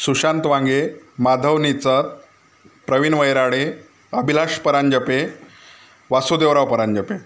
Sushant Wange Madhav Nichar Pravin Vairade Abhilash Paranjape Vasudevrao Paranjpe